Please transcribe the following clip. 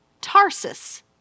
Tarsus